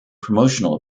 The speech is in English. promotional